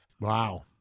Wow